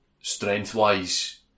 strength-wise